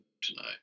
tonight